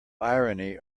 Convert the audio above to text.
irony